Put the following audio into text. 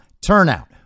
Turnout